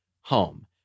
home